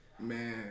Man